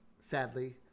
sadly